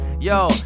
Yo